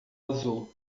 azul